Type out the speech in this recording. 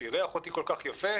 שאירח אותי כל כך יפה,